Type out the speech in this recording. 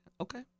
Okay